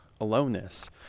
aloneness